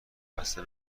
خسته